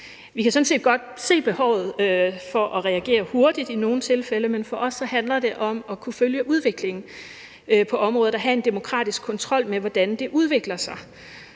set godt se behovet for at reagere hurtigt i nogle tilfælde, men for os handler det om at kunne følge udviklingen på området og at have en demokratisk kontrol med, hvordan det udvikler sig.